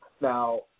Now